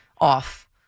off